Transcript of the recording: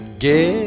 Give